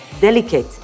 delicate